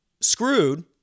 screwed